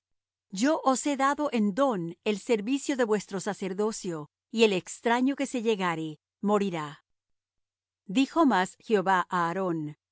yo os he dado en don el servicio de vuestro sacerdocio y el extraño que se llegare morirá dijo más jehová